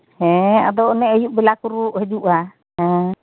ᱦᱮᱸ ᱟᱫᱚ ᱚᱱᱮ ᱟᱹᱭᱩᱵ ᱵᱮᱞᱟᱠᱚ ᱨᱩ ᱦᱤᱡᱩᱜᱼᱟ ᱦᱮᱸ